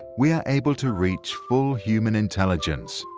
we are able to reach full human intelligence.